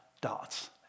dots